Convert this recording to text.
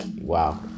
wow